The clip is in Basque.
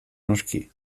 noski